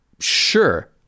Sure